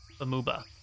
Amuba